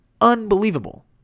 unbelievable